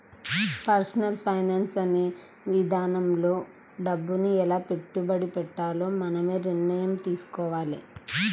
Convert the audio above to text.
personal finance అనే ఇదానంలో డబ్బుని ఎలా పెట్టుబడి పెట్టాలో మనమే నిర్ణయం తీసుకోవాలి